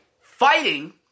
fighting